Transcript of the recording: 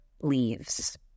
leaves